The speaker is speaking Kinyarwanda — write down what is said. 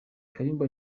kayumba